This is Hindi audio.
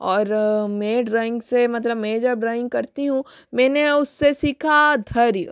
और मैं ड्राइंग से मतलब मैं जब ड्राइंग करती हूँ मैंने उससे सीखा धैर्य